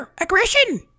aggression